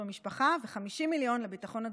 במשפחה ו-50 מיליון לביטחון התזונתי,